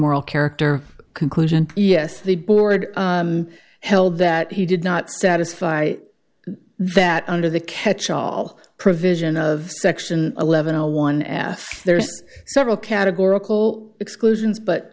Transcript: moral character conclusion yes the board held that he did not satisfy that under the catchall provision of section eleven a one as there's several categorical exclusions but